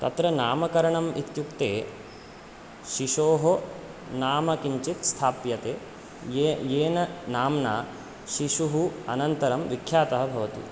तत्र नामकरणम् इत्युक्ते शिशोः नाम किञ्चित् स्थाप्यते ये येन नाम्ना शिशुः अनन्तरं विख्यातः भवति